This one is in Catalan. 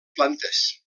plantes